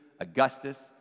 Augustus